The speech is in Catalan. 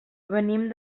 venim